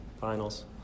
finals